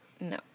No